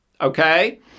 Okay